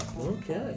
okay